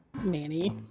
Manny